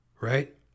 Right